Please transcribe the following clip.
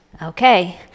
Okay